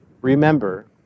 Remember